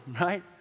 right